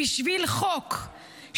בשביל חוק,